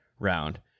Round